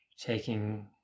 taking